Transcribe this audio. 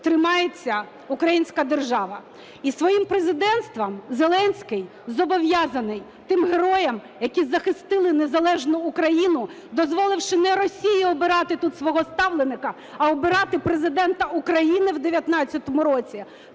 тримається українська держава. І своїм президентством Зеленський зобов'язаний тим героям, які захистили незалежну Україну, дозволивши не Росії обирати тут свого ставленика, а обирати Президента України в 19-му році,